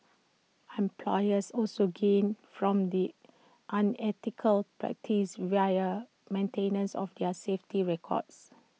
employers also gain from the unethical practice via maintenance of their safety records